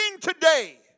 today